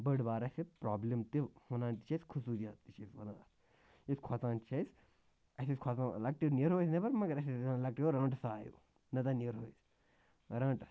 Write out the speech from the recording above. بٔڑ بار اَسہِ پرٛابلِم تہِ وَنان تہِ چھِ اَسہِ خصوٗصیات تہِ چھِ أسۍ وَنان کھۄژان چھِ أسۍ اَسہِ ٲسۍ کھۄژان لۄکٹہِ نیرو أسۍ نٮ۪بَر مگر اَسہِ ٲسۍ لۄکٹیو او رانٛٹسہ آیو نَتہٕ ہہ نیرہو أسۍ رانٛٹس